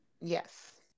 Yes